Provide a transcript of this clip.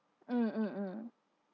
mm mm mm